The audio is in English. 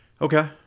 Okay